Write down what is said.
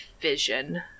vision